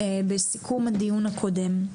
בסיכום הדיון הקודם.